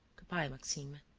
good-bye, maxime.